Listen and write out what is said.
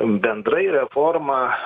bendrai reforma